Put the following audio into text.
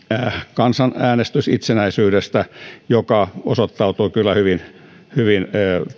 kansanäänestys itsenäisyydestä joka osoittautui kyllä hyvin hyvin